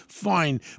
fine